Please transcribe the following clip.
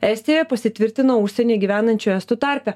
estijoje pasitvirtino užsieny gyvenančių estų tarpe